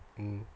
mm